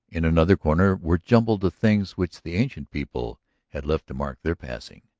in another corner were jumbled the things which the ancient people had left to mark their passing,